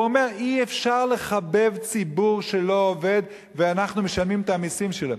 והוא אומר: אי-אפשר לחבב ציבור שלא עובד ואנחנו משלמים את המסים שלו.